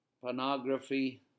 pornography